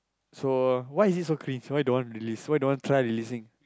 so why is it so clean why don't want release why don't want try releasing